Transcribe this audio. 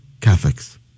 Catholics